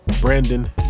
Brandon